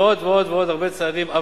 ועוד ועוד ועוד, הרבה צעדים.